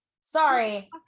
Sorry